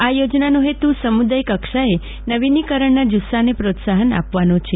આ યોજનાનો હેતુ સમુદાય કક્ષાએ નવીનીકરણના જુસ્સાને પ્રોત્સાહન આપવાનો છે